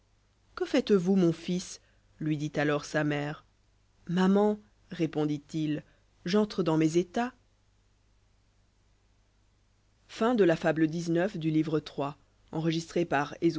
que faites-vous filon fils lui dit alors sa mère maman répondit-il j'entre dans mes états